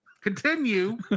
Continue